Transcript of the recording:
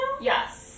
Yes